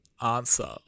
answer